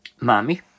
Mommy